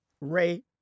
Ray